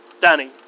Danny